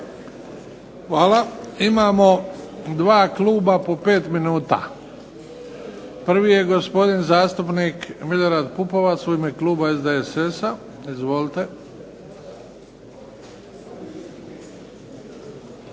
Hvala. Imamo dva kluba po pet minuta. Prvi je gospodin zastupnik Milorad Pupovac u ime Kluba SDSS-a. Izvolite.